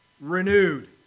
renewed